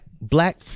black